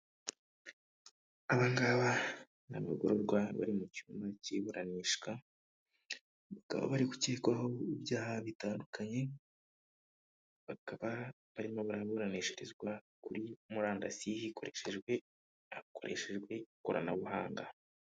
Abangaba ni abagororwa bari mu cyumba cy'iburanishwa, bakaba bari gucyekwaho ibyaha bitandukanye bakaba barimo baraburanishirizwa kuri murandasi hikoreshejwe hakoreshejwe ikoranabuhanga.